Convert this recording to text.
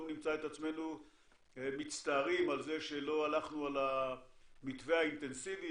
נמצא את עצמנו מצטערים על זה שלא הלכנו על המתווה האינטנסיבי,